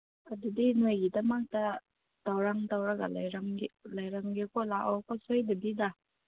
ꯑꯗꯨꯗꯤ ꯅꯣꯏꯒꯤꯗꯃꯛꯇ ꯊꯧꯔꯥꯡ ꯇꯧꯔꯒ ꯂꯩꯔꯝꯒꯦꯀꯣ ꯂꯥꯛꯑꯣꯀꯣ ꯁꯣꯏꯗꯕꯤꯗ